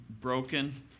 broken